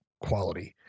quality